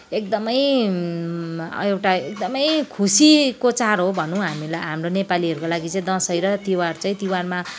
एकदमै एउटा एकदमै खुसीको चाड हो भनौँ हामीलाई हाम्रो नेपालीहरूको लागि चाहिँ हामी दसैँ र तिहार चाहिँ तिहारमा